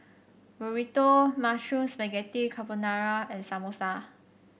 Burrito Mushroom Spaghetti Carbonara and Samosa